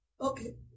Okay